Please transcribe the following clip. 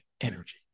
energy